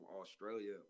Australia